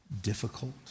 difficult